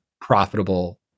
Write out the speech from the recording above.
profitable